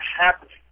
happening